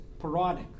parodic